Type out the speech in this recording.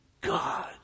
God